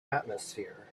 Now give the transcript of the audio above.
atmosphere